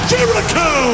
Jericho